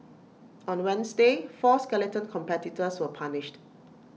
on Wednesday four skeleton competitors were punished